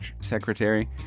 secretary